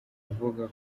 avuga